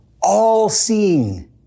all-seeing